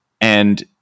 And-